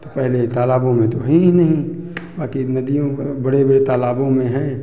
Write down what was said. तो पहले तालाबों में तो हैं ही नहीं बाकी नदियों व बड़े बड़े तालाबों में हैं